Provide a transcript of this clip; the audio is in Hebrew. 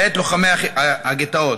בית לוחמי הגטאות,